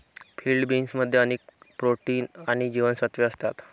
field बीन्समध्ये अधिक protein आणि जीवनसत्त्वे असतात